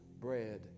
bread